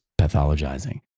pathologizing